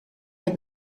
heb